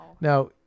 Now